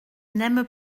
n’aime